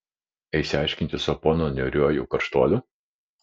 eisi aiškintis su ponu niūriuoju karštuoliu